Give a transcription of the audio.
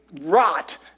rot